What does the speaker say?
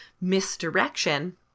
misdirection